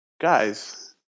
guys